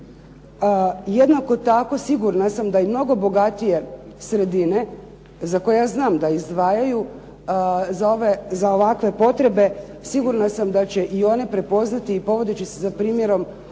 jednako tako sigurna sam da i mnogo bogatije sredine za koje ja znam da izdvajaju za ovakve potrebe sigurna sam da će i one prepoznati i povodeći se za primjerom